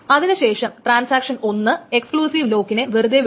അതിനു ശേഷം transaction 1 exclusive ലോക്കിനെ വെറുതെ വിടുന്നു